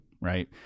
Right